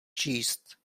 číst